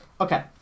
okay